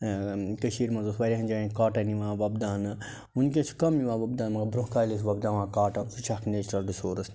کٔشیٖرِ منٛز اوس وارہن جاین کاٹَن یِوان وۄپداونہٕ وٕنۍکٮ۪س چھِ کَم یِوان وۄپداونہٕ مگر برٛۄنٛہہ کالہِ ٲسۍ وۄپداوان کاٹن سُہ چھِ اَکھ نیچرل رِسورٕس